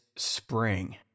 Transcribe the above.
spring